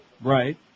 Right